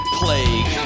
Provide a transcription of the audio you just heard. plague